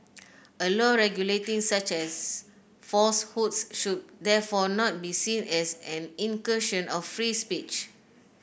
a law regulating such as falsehoods should therefore not be seen as an incursion of free speech